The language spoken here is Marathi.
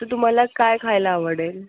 तर तुम्हाला काय खायला आवडेल